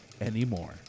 anymore